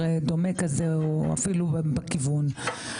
בטח שהוא, גם יוסף טייב.